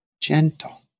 gentle